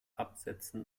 absetzen